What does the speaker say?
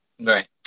Right